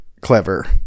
clever